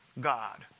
God